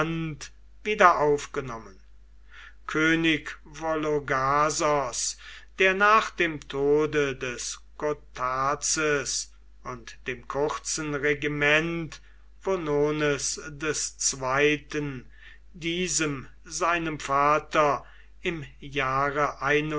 wieder aufgenommen könig vologasos der nach dem tode des gotarzes und dem kurzen regiment vonones ii diesem seinem vater im jahre